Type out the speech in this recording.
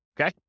Okay